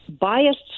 biased